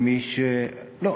לא,